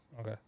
Okay